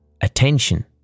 attention